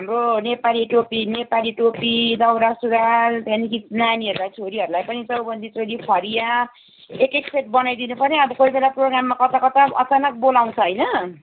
हाम्रो नेपाली टोपी नेपाली टोपी दौरा सुरुवाल त्यहाँदेखिन् नानीहरूलाई छोरीहरलाई पनि चौबन्दी चोली फरिया एक एक सेट बनाइदिनु पर्ने अब कोही बेला प्रोग्राममा कता कता अचानक बोलाउँछ होइन